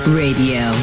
radio